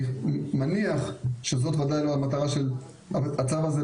אני מניח שזאת ודאי לא המטרה של הצו הזה.